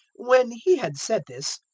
when he had said this,